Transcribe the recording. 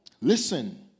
Listen